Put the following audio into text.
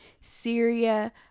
Syria